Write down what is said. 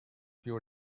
few